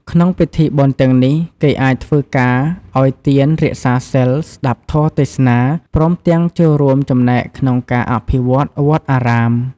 ក្នុងពិធីបុណ្យទាំងនេះ គេអាចធ្វើការឱ្យទាន រក្សាសីល ស្ដាប់ធម៌ទេសនា ព្រមទាំងចូលរួមចំណែកក្នុងការអភិវឌ្ឍន៍វត្តអារាម។